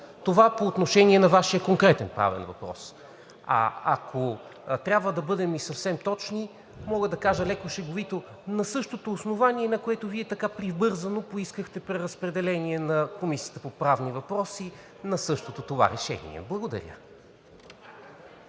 Това по отношение на Вашия конкретен правен въпрос. Ако трябва да бъдем и съвсем точни, мога да кажа леко шеговито: на същото основание, на което Вие така прибързано поискахте преразпределение на Комисията по правни въпроси на същото това решение. Благодаря.